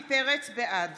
בעד